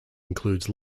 includes